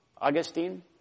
Augustine